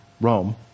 Rome